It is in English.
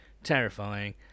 terrifying